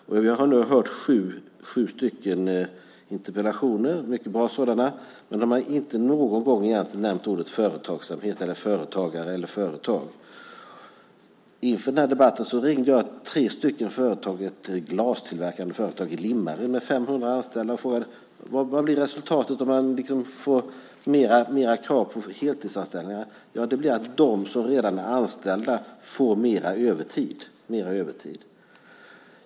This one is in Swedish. Vi har nu lyssnat på sju interpellationsdebatter, mycket bra sådana, men inte någon gång har ordet företagsamhet, företagare eller företag egentligen nämnts. Inför denna debatt ringde jag till tre glastillverkande företag med 500 anställda i Limmared och frågade: Vad blir resultatet om ni får större krav på heltidsanställningar? Svaret blev att de som redan är anställda får mer övertid.